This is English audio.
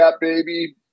baby